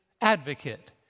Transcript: advocate